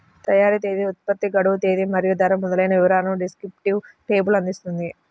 తయారీ తేదీ, ఉత్పత్తి గడువు తేదీ మరియు ధర మొదలైన వివరాలను డిస్క్రిప్టివ్ లేబుల్ అందిస్తుంది